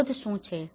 અવરોધ શું છે